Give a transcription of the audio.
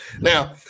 Now